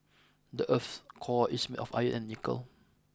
the earth's core is made of iron and nickel